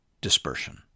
dispersion